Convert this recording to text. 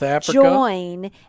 join